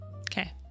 Okay